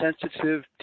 sensitive